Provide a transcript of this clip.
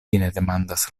demandas